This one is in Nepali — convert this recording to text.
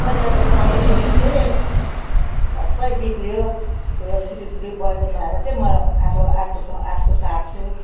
मैले एउटा बल्ब किनेको थिएँ सबै बिग्र्यो र पिलिक पिलिक बल्ने भएर चाहिँ म अब अर्कोसँग अर्को साट्छु